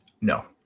No